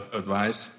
advice